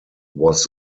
was